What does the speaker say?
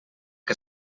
que